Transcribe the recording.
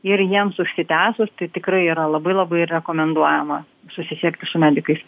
ir jiems užsitęsus tai tikrai yra labai labai rekomenduojama susisiekti su medikais